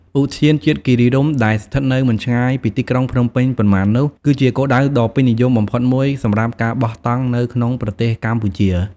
ឧទ្យានជាតិគិរីរម្យ ដែលស្ថិតនៅមិនឆ្ងាយពីទីក្រុងភ្នំពេញប៉ុន្មាននោះ គឺជាគោលដៅដ៏ពេញនិយមបំផុតមួយសម្រាប់ការបោះតង់នៅក្នុងប្រទេសកម្ពុជា។